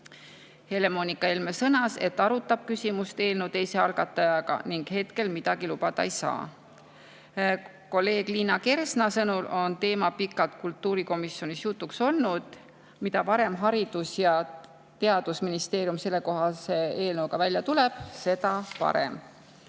Helle-Moonika Helme sõnas, et arutab küsimust eelnõu teise algatajaga, aga hetkel midagi lubada ei saa. Kolleeg Liina Kersna sõnul on teema pikalt kultuurikomisjonis jutuks olnud. Mida varem Haridus- ja Teadusministeerium sellekohase eelnõuga välja tuleb, seda parem.